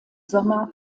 sommer